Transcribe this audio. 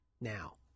Now